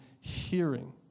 hearing